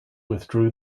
withdrew